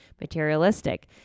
materialistic